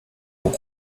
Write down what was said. pour